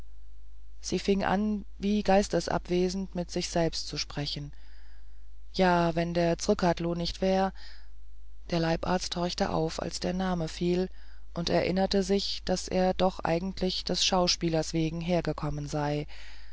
sie fing an wie geistesabwesend mit sich selbst zu sprechen ja wenn der zrcadlo nicht wär der leibarzt horchte auf als der name fiel und erinnerte sich daß er doch eigentlich des schauspielers wegen hergekommen sei